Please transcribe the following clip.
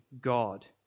God